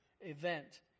event